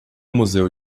museu